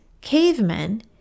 cavemen